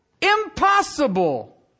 Impossible